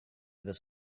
this